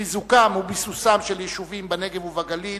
חיזוקם וביסוסם של יישובים בנגב ובגליל,